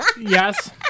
yes